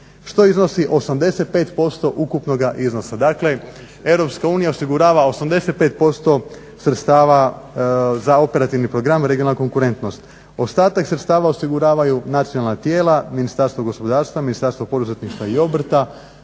što iznosi 85% ukupnoga iznosa. Dakle Europska unija osigurava 85% sredstava za Operativni program "Regionalna konkurentnost". Ostatak sredstava osiguravaju nacionalna tijela, Ministarstvo gospodarstva, Ministarstvo poduzetništva i obrta,